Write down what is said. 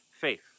faith